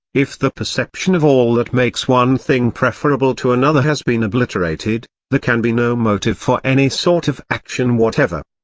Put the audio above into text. if the perception of all that makes one thing preferable to another has been obliterated, there can be no motive for any sort of action whatever.